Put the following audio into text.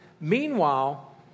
Meanwhile